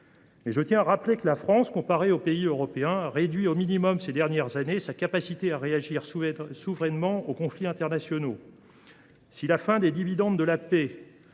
Je tiens à rappeler qu’en comparaison avec les pays européens, la France a réduit au minimum, ces dernières années, sa capacité à réagir souverainement aux conflits internationaux. Si la fin des dividendes de la paix